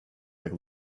like